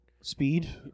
speed